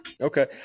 Okay